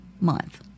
month